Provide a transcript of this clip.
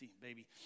baby